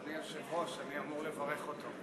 אדוני היושב-ראש, אני אמור לברך אותו.